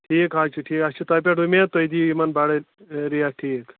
ٹھیٖک حظ چھُ ٹھیٖک اَسہِ چھِ تۄہہِ پٮ۪ٹھ اُمید تُہۍ دِیِو یِمَن بَڑٕ ریٹ ٹھیٖک